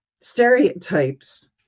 stereotypes